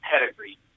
pedigree